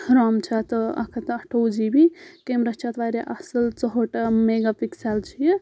رام چھِ اَتھ اکھ ہَتھ تہٕ اَٹھووُہ جی بی کیمرا چھِ اَتھ واریاہ اَصٕل ژُہٲٹ میگا پِکسؠل چھِ یہِ